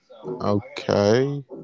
Okay